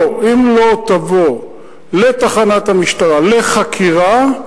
לא, אם לא תבוא לתחנת המשטרה לחקירה,